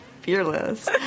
fearless